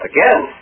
Again